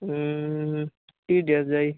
কি দিয়া যায়